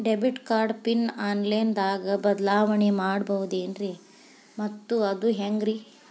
Debit card PIN online ದಾಗ ಬದಲಾವಣೆ ಮಾಡಬಹುದೇನ್ರಿ ಮತ್ತು ಅದು ಹೆಂಗ್ರಿ?